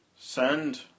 send